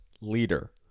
leader